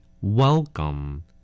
Welcome